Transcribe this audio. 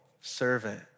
servant